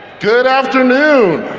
good afternoon.